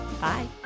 Bye